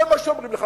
זה מה שאומרים לך.